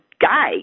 guy